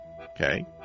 Okay